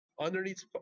Underneath